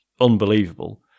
unbelievable